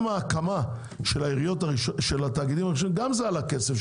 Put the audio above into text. גם ההקמה של התאגידים הראשונים גם זה עלה כסף.